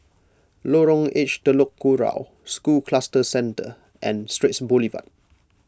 Lorong H Telok Kurau School Cluster Centre and Straits Boulevard